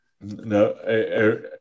no